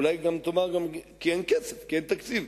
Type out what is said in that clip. אולי גם תאמר שאין כסף, שאין תקציב.